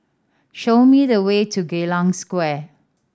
show me the way to Geylang Square